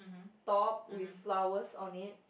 top with flowers on it